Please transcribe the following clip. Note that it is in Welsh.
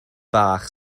bach